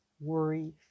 worry